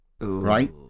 Right